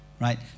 Right